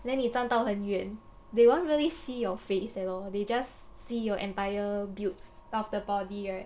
then 你站到很远 they won't really see your face at all they just see your entire built of the body right